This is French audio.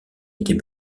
était